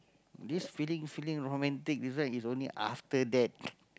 this feeling feeling romantic this one is only after that